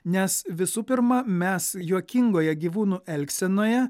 nes visų pirma mes juokingoje gyvūnų elgsenoje